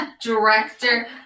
director